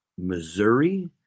Missouri